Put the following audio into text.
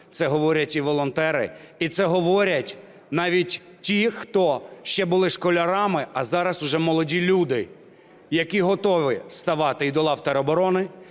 це говорять і волонтери, і це говорять навіть ті, хто ще були школярами, а зараз вже молоді люди, які готові ставати і до лав тероборони,